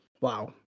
wow